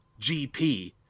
GP